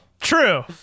true